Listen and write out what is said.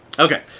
Okay